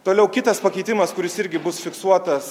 toliau kitas pakeitimas kuris irgi bus fiksuotas